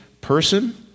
person